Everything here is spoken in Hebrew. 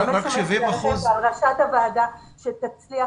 אני סומכת עליך ועל ראשת הוועדה שתצליחו